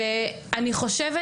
אני חושבת